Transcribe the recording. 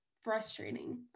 frustrating